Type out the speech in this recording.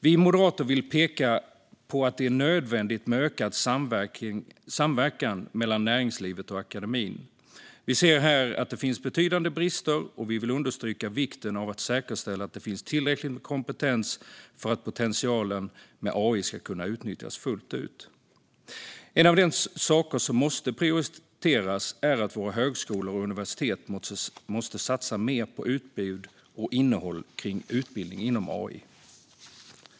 Vi moderater vill peka på att det är nödvändigt med ökad samverkan mellan näringslivet och akademin. Vi ser här att det finns betydande brister, och vi vill understryka vikten av att man säkerställer att det finns tillräckligt med kompetens för att potentialen med AI ska kunna utnyttjas fullt ut. En av de saker som måste prioriteras är att våra högskolor och universitet måste satsa mer på utbud och innehåll när det gäller utbildning inom AI.